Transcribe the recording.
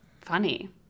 funny